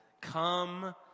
come